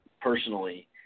personally